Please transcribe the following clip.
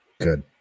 Good